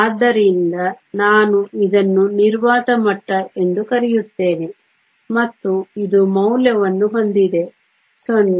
ಆದ್ದರಿಂದ ನಾನು ಇದನ್ನು ನಿರ್ವಾತ ಮಟ್ಟ ಎಂದು ಕರೆಯುತ್ತೇನೆ ಮತ್ತು ಇದು ಮೌಲ್ಯವನ್ನು ಹೊಂದಿದೆ 0